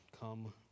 come